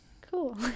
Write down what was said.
Cool